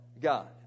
God